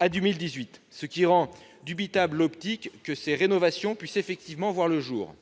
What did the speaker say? à 2028. Cela rend douteuse la perspective que ces rénovations puissent effectivement voir le jour.